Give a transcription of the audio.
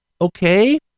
okay